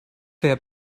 wer